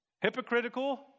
hypocritical